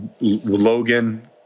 Logan